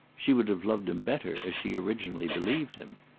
she would have loved him better as she originally believed him.